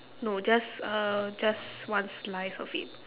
no just uh just one slice of it